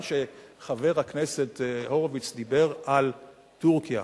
שחבר הכנסת הורוביץ דיבר על טורקיה,